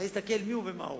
יתחילו להסתכל מיהו ומהו.